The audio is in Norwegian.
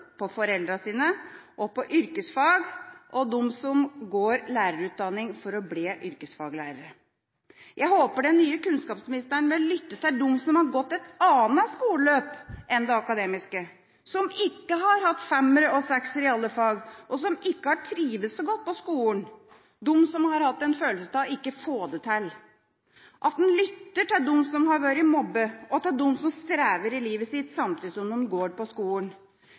sine – og på yrkesfag, og til dem som går på lærerutdanning for å bli yrkesfaglærere. Jeg håper den nye kunnskapsministeren vil lytte til dem som har gått et annet skoleløp enn det akademiske, som ikke har hatt femmere og seksere i alle fag, som ikke har trivdes så godt på skolen, som har hatt følelsen av ikke å få det til, og at han lytter til dem som har vært mobbet og til dem som strever i livet samtidig som de går på skolen.